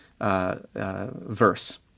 verse